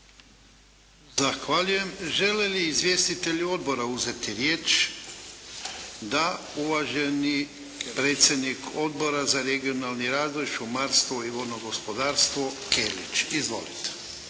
Zahvaljujem. Žele li izvjestitelji odbora uzeti riječ? Da. Uvaženi predsjednik Odbora za regionalni razvoj, šumarstvo i vodno gospodarstvo Kelić. Izvolite.